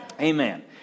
Amen